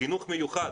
חינוך מיוחד